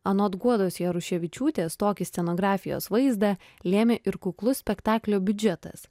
anot guodos jaruševičiūtės tokį scenografijos vaizdą lėmė ir kuklus spektaklio biudžetas